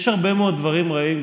יש הרבה מאוד דברים רעים,